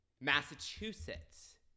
Massachusetts